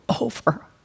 over